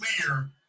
clear